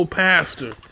pastor